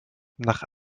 nach